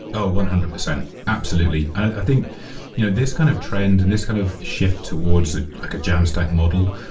oh, one hundred percent. absolutely. i think you know this kind of trend and this kind of shift towards like a jamstack model,